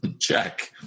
Check